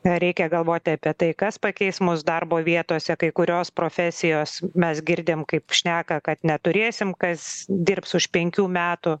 reikia galvoti apie tai kas pakeis mus darbo vietose kai kurios profesijos mes girdim kaip šneka kad neturėsim kas dirbs už penkių metų